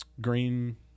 green